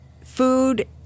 food